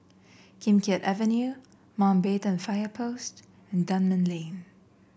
Kim Keat Avenue Mountbatten Fire Post and Dunman Lane